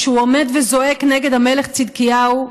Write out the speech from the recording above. כשהוא עומד וזועק נגד המלך צדקיהו,